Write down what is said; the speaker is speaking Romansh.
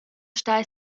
stai